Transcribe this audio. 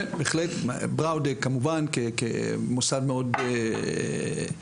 כן בהחלט, בראודה כמובן כמוסד מאוד מצוין.